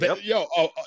Yo